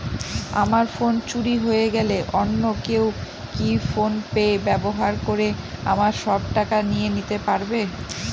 আমার ফোন চুরি হয়ে গেলে অন্য কেউ কি ফোন পে ব্যবহার করে আমার সব টাকা নিয়ে নিতে পারবে?